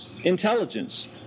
intelligence